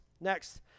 Next